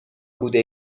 بوده